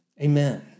Amen